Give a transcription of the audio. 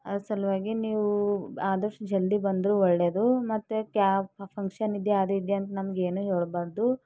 ಆ ಸಲುವಾಗಿ ನೀವು ಆದಷ್ಟು ಜಲ್ದಿ ಬಂದರೂ ಒಳ್ಳೇದು ಮತ್ತು ಕ್ಯಾಬ್ ಫಂಕ್ಷನ್ ಇದೆ ಅದು ಇದೆ ಅಂತ ನಮಗೇನೂ ಹೇಳ್ಬಾರ್ದು